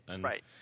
Right